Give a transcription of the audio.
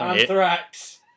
Anthrax